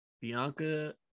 Bianca